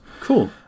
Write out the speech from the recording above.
Cool